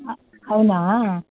అవునా